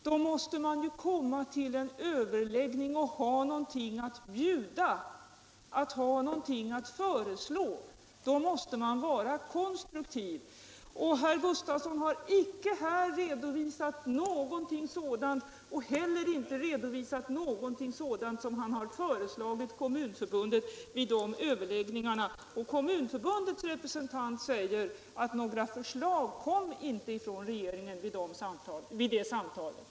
Man måste ju komma till en överläggning och ha någonting att bjuda, ha någonting att föreslå, man måste vara konstruktiv. Herr Gustavsson har inte redovisat någonting sådant och inte heller sagt vad han föreslagit Kommunförbundet vid överläggningarna. Kommunförbundets representant säger att det vid samtalet inte kom några förslag från regeringens sida. grammet för barnomsorgen 180